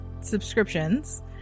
subscriptions